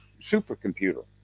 supercomputer